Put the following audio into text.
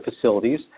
facilities